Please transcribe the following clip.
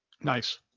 Nice